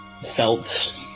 felt